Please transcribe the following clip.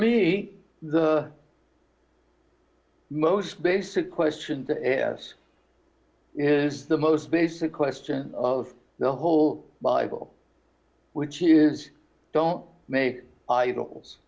me the most basic question to ask is the most basic question of the whole bible which is don't make idols